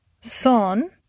son